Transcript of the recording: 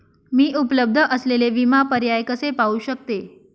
मी उपलब्ध असलेले विमा पर्याय कसे पाहू शकते?